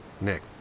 Nick